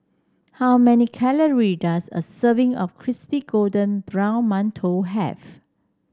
how many calorie does a serving of Crispy Golden Brown Mantou have